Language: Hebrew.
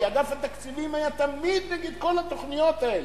כי אגף התקציבים היה תמיד נגד כל התוכניות האלה,